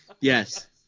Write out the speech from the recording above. Yes